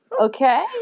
Okay